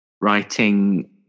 writing